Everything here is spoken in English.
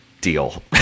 deal